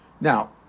Now